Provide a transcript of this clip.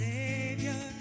Savior